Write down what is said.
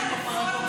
איזו רפורמה.